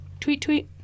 TweetTweet